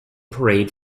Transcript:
parade